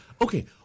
Okay